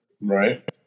Right